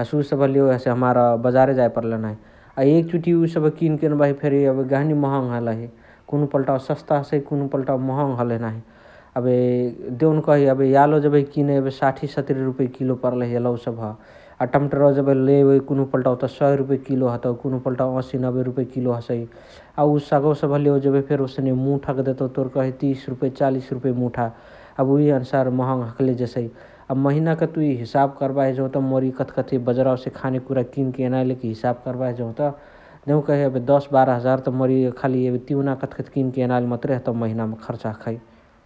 । उअ सबह लेवे हमार बजार जाए पर्लही नाही । अ एकचोटी उअ सबह किनके एन्बाही फेरी एबे गहनी महङ हलही नाही । कुनुहा पल्टावा सस्ता हसइ कुनुहा पल्टावा महङ हलही नाही । एबे देउन्कही एबे यालो जेबही किने एबे साठी सतरी रुपै किलो पर्लही यलौव सबह । अ टम्टरवा जेबही लेवे कुन्हु पल्टावत सय रुपै किलो हतउ । कुनुह पल्टावा अशी नब्बे रुपै किलो हसइ । अ उ सगवा सबह लेवे जेबही फेरी ओसने मुठाक तोर देतउ कही तिस रुपैया चालिस रुपैया मुठा । एबे उहे अनुसार महङ हखले जेसइ । अ महिनाक तुइ हिसाब कर्बाही जौत मोर इअ कथकथी बजरावसे एनाइलिक हिसाब कर्बाही जौत देउ कही एबे दश बार्ह हजार त मोर इअ खाली एबे तिउना कथकथी किन्के एनाइली मतुरे हतौ महिनाम खर्चा हखइ ।